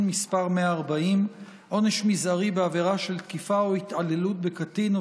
מס' 140) (עונש מזערי בעבירה של תקיפה או התעללות בקטין או